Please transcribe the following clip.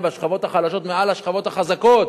והשכבות החלשות מעל השכבות החזקות,